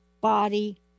body